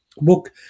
book